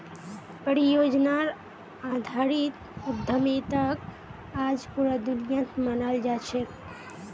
परियोजनार आधारित उद्यमिताक आज पूरा दुनियात मानाल जा छेक